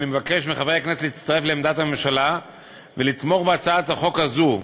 אבקש מחברי הכנסת להצטרף לעמדת הממשלה ולתמוך בהצעת החוק הזאת,